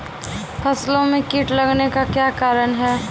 फसलो मे कीट लगने का क्या कारण है?